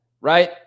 right